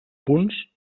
punts